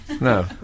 No